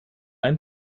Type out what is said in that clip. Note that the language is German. ein